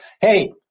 hey